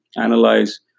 analyze